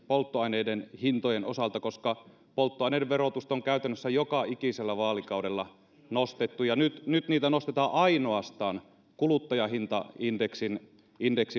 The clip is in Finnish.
polttoaineiden hintojen osalta koska polttoaineiden verotusta on käytännössä joka ikisellä vaalikaudella nostettu ja nyt nyt niitä nostetaan ainoastaan kuluttajahintaindeksin